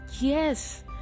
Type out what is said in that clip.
yes